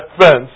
fence